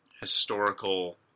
historical